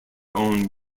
own